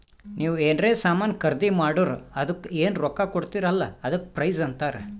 ನೀವ್ ಎನ್ರೆ ಸಾಮಾನ್ ಖರ್ದಿ ಮಾಡುರ್ ಅದುಕ್ಕ ಎನ್ ರೊಕ್ಕಾ ಕೊಡ್ತೀರಿ ಅಲ್ಲಾ ಅದಕ್ಕ ಪ್ರೈಸ್ ಅಂತಾರ್